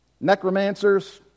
Necromancers